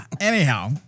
Anyhow